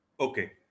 Okay